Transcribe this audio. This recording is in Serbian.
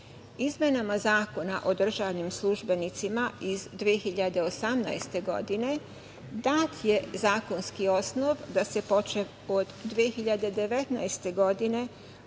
sistem. Izmenama Zakona o državnim službenicima iz 2018. godine dat je zakonski osnov da se počev od 2019. godine